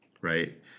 right